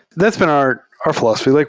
that's been our our philosophy. like